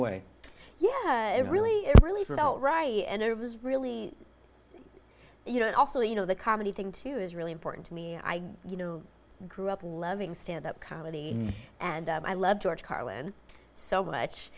way yeah it really really felt right and it was really you know and also you know the comedy thing too is really important to me i you know grew up loving stand up comedy and i loved george carlin so much